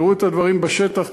תראו את הדברים בשטח,